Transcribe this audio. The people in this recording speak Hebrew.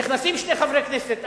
נכנסים שני חברי כנסת,